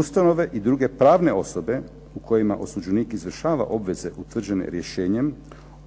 Ustanove i druge pravne osobe u kojima osuđenih izvršava obveze utvrđene rješenjem